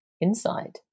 Inside